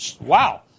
Wow